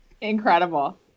incredible